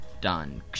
done